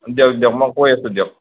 দিয়ক দিয়ক মই গৈ আছোঁ দিয়ক